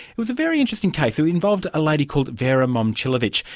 it was a very interesting case. it involved a lady called vera momcilovic.